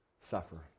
suffer